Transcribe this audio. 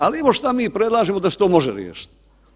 Ali evo što mi predlažemo da se to može riješiti.